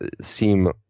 seem